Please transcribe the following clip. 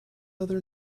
other